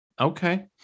okay